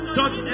touch